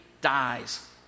dies